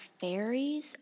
fairies